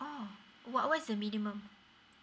oh what what's the minimum